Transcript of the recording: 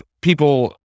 people